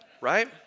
Right